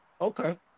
Okay